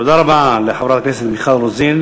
תודה רבה לחברת הכנסת מיכל רוזין.